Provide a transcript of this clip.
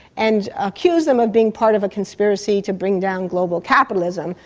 and accused them of being part of a conspiracy to bring down global capitalism,